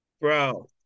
Bro